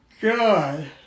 God